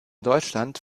deutschland